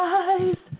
eyes